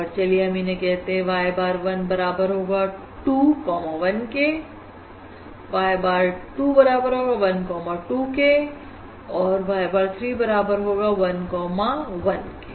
और चलिए हम इन्हें कहते हैं y bar 1 बराबर होगा 21 के y bar 2 बराबर होगा 1 2 और y bar 3 बराबर होगा 1 1 के